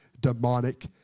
demonic